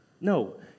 No